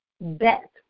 bet